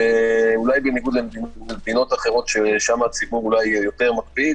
ובניגוד למדינות אחרות ששם אולי הציבור יותר מקפיד,